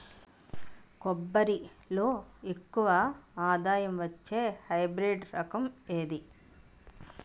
కొబ్బరి లో ఎక్కువ ఆదాయం వచ్చే హైబ్రిడ్ రకం ఏది?